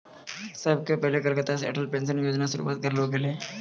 सभ से पहिले कलकत्ता से अटल पेंशन योजना के शुरुआत करलो गेलै